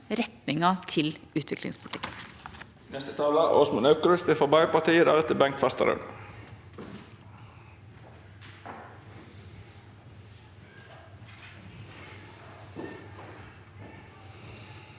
retningen til utviklingspolitikken.